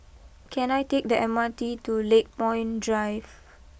can I take the M R T to Lakepoint Drive